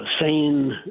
sane